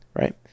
right